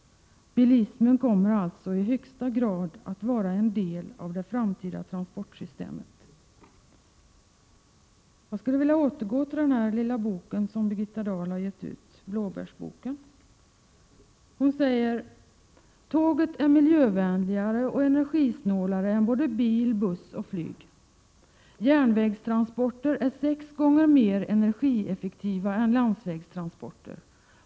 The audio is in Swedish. Bilismen kommer alltså i högsta grad vara en del av de framtida transportsystemet. Jag skulle vilja återgå till den bok som Birgitta Dahl har gett ut, Blåbärsboken. Hon säger där: ”Tåget är miljövänligare och energisnålare än både bil, buss och flyg. Järnvägstransporter är sex gånger mer energieffektiva än landsvägstransporter.